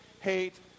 hate